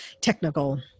technical